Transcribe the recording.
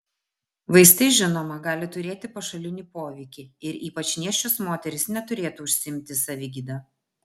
vaistai žinoma gali turėti pašalinį poveikį ir ypač nėščios moterys neturėtų užsiimti savigyda